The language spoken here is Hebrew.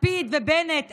לפיד ובנט,